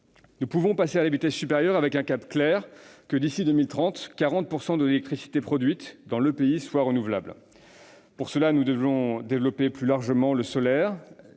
Nous pouvons passer à la vitesse supérieure, avec un cap clair : que, d'ici à 2030, 40 % de l'électricité produite dans le pays soit renouvelable. Pour cela, nous devons développer plus largement le solaire,